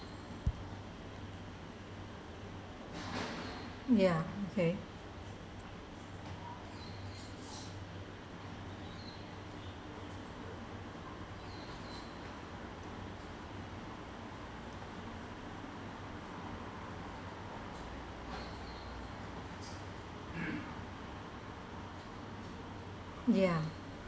ya mm okay ya